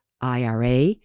IRA